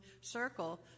circle